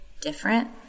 different